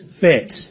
fit